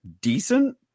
decent